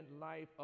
life